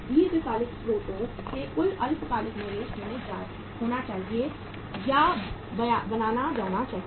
दीर्घकालिक स्रोतों से कुल अल्पकालिक निवेश होना चाहिए या बनाया जाना चाहिए